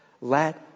Let